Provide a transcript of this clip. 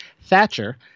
Thatcher